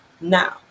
Now